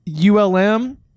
ULM